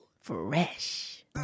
Fresh